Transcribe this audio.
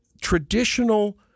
traditional